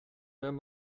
wenn